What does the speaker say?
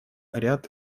ряд